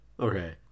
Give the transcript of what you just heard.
Okay